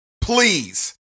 Please